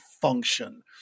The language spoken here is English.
function